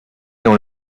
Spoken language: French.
dans